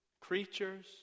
creatures